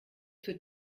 für